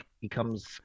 becomes